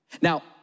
Now